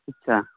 ᱟᱪᱪᱷᱟ